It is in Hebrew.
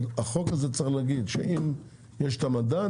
אבל החוק הזה צריך להגיד שאם יש את המדד,